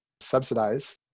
subsidize